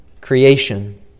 creation